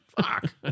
Fuck